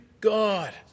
God